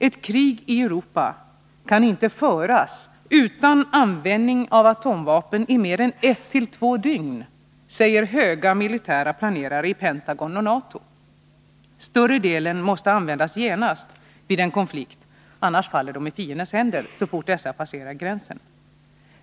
”Ett krig i Europa kan inte föras utan användning av atomvapen i mer än ett till två dygn”, säger höga militära planerare i Pentagon och NATO. Större delen måste användas genast vid en konflikt, annars faller de i fiendens händer så fort denna passerar gränsen.